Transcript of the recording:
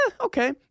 okay